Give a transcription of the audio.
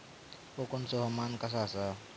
कोकनचो हवामान कसा आसा?